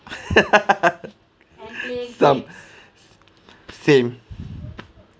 some same